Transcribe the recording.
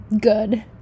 good